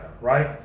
right